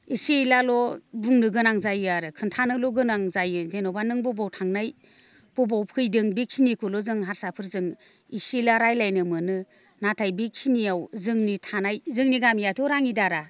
एसे एलाल' बुंनो गोनां जायो आरो खोन्थानोल' गोनां जायो जेन'बा नों बबाव थांनाय बबाव फैदों बेखिनिखौल' जों हारसाफोरजों इसे एला रायज्लायनो मोनो नाथाय बेखिनियाव जोंनि थानाय जोंनि गामियाथ' राङिदारा